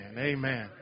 Amen